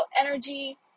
energy